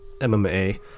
MMA